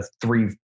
three